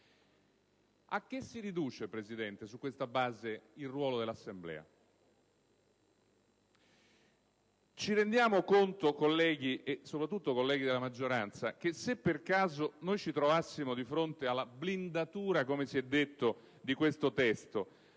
A che si riduce, signor Presidente, su questa base, il ruolo dell'Assemblea? Ci rendiamo conto, colleghi, e soprattutto colleghi della maggioranza, che se per caso ci trovassimo di fronte alla blindatura (come si è detto) di questo testo,